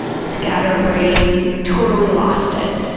scatter-brained, totally lost it.